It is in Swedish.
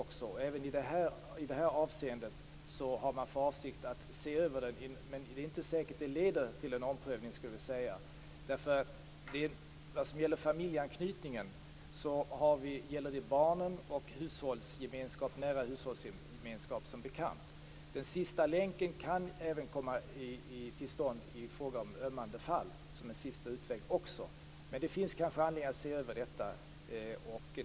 Även i detta avseende har man för avsikt att göra en översyn, men jag skulle vilja säga att det inte är säkert att det leder till en omprövning. Familjeanknytningen gäller som bekant barnen och personer i en nära hushållsgemenskap. Sistalänkenbestämmelsen kan komma att användas i fråga om ömmande fall som sista utväg. Det finns kanske anledning att se över detta.